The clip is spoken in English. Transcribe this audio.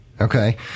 Okay